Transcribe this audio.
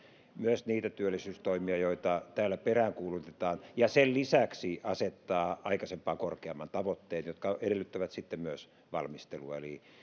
myös niitä työllisyystoimia joita täällä peräänkuulutetaan ja sen lisäksi asettaa aikaisempaa korkeammat tavoitteet jotka edellyttävät sitten myös valmistelua eli